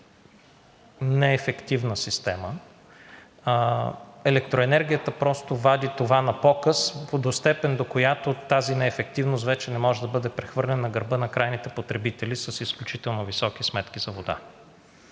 неефективна система. Електроенергията просто вади това на показ до степен, до която тази неефективност вече не може да бъде прехвърлена на гърба на крайните потребители с изключително високи сметки за вода.